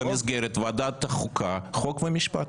אבל במסגרת ועדת החוקה, חוק ומשפט.